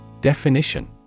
Definition